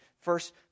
first